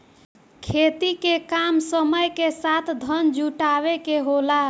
खेती के काम समय के साथ धन जुटावे के होला